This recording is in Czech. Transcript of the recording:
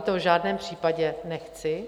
To v žádném případě nechci.